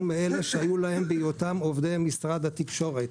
מאלה שהיו להם בהיותם עובדי משרד התקשורת.